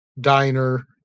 diner